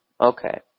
Okay